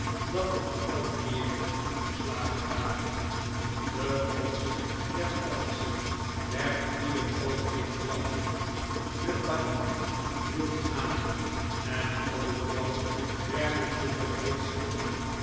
dat de geallieerden verslagen waren de komst der franschen werd ieder oogenblik verwacht de paniek hield aan en overal werden